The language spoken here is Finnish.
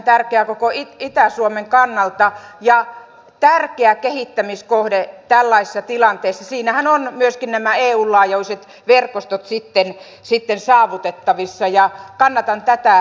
maamme puolustus pohjautuu yleiseen asevelvollisuuteen ja reserviläisarmeijaan eikä puolustusvoimilla ole eikä todennäköisesti ole tulevaisuudessakaan riittävästi resursseja ylläpitää riittävän kattavasti reserviläisten perustaitoja